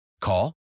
Call